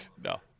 No